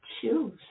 choose